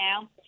now